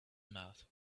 mouth